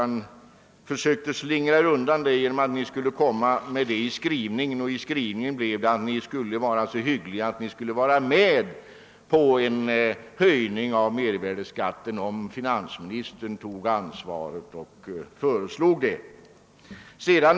Ni försökte slingra er undan från detta genom att hänvisa till skrivningen, och i samband med denna angav ni att ni skulle vara så hyggliga att gå med på en höjning av mervärdeskatten, om finansministern toge ansvaret för att föreslå en sådan.